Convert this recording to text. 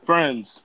Friends